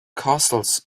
castles